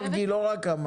מרגי לא רק אמר